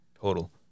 Total